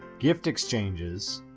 gift exchanges,